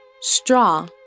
Straw